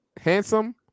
Handsome